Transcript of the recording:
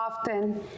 often